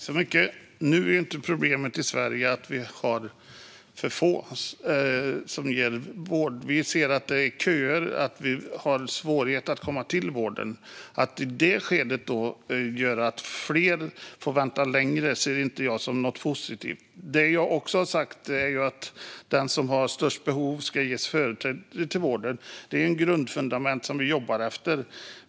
Herr talman! Nu är ju inte problemet i Sverige att vi har för få som ger vård. Vi ser att det är köer och att det är svårt att komma till vården. Att i det skedet göra så att fler får vänta längre ser inte jag som något positivt. Det jag också har sagt är att den som har störst behov ska ges företräde till vården. Det är ett grundfundament som vi jobbar efter.